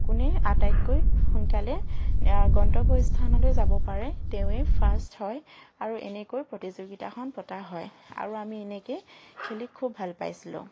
কোনে আটাইতকৈ সোনকালে গন্তব্য স্থানলৈ যাব পাৰে তেৱেঁ ফাষ্ট হয় আৰু এনেকৈয়ে প্ৰতিযোগিতাখন পতা হয় আৰু আমি এনেকৈ খেলি খুব ভাল পাইছিলোঁ